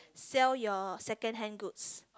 sell your secondhand goods